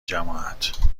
جماعت